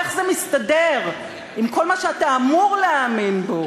איך זה מסתדר עם כל מה שאתה אמור להאמין בו?